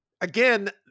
again